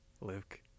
Luke